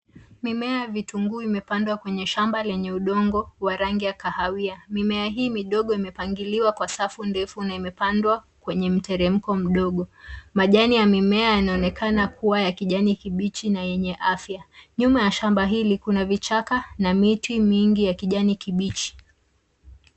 Mimea ya vitunguu imepandwa kwenye shamba lenye udongo wa rangi ya kahawia. Mimea hii midogo imepangiliwa kwa safu ndefu na imepandwa kwenye mteremko mdogo. Majani ya mimea yanaonekana kuwa ya kijani kibichi na yenye afya. Nyuma ya shamba hili kuna vichaka na miti mingi ya kijani kibichi.